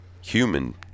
human